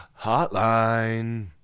hotline